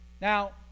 Now